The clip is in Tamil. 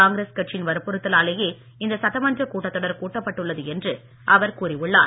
காங்கிரஸ் கட்சியின் வற்புறுத்தலாலேயே இந்த சட்டமன்ற கூட்டத் தொடர் கூட்டப்பட்டுள்ளது என்று அவர் கூறி உள்ளார்